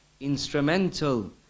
instrumental